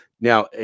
Now